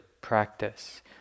practice